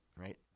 right